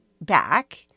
back